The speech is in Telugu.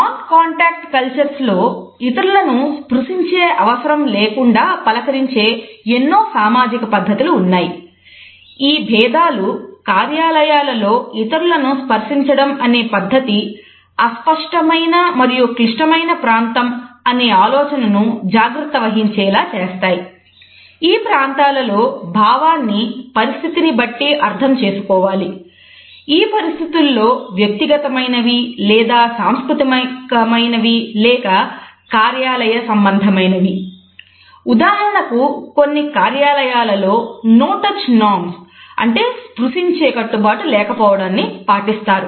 నాన్ కాంటాక్ట్ కల్చర్స్ ను పాటిస్తారు